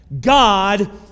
God